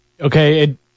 Okay